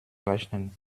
rechnen